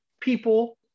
people